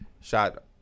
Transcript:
Shot